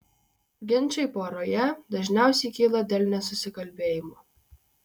ginčai poroje dažniausiai kyla dėl nesusikalbėjimo